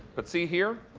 but see here,